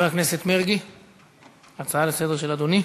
גברתי מסתפקת בהודעה.